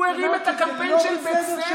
הוא הרים את הקמפיין של בצלם.